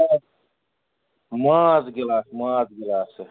ماز گِلاس ماز گِلاسہٕ